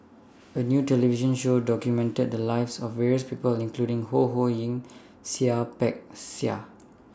A New television Show documented The Lives of various People including Ho Ho Ying and Seah Peck Seah